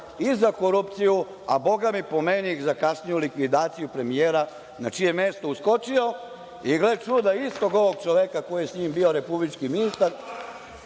i za korupciju, a bogami, po meni, i za kasniju likvidaciju premijera na čije je mesto uskočio i, gle čuda, istog ovog čoveka koji je sa njim bio republički ministar…(Zoran